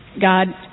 God